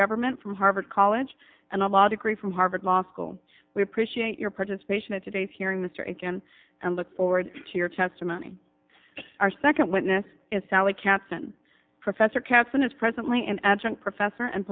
government from harvard college and a law degree from harvard law school we appreciate your participation in today's hearing mr again and look forward to your testimony our second witness is sally katzman professor katz and is presently an adjunct professor and